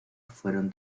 fueron